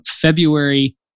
February